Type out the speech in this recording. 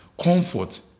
Comfort